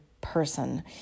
person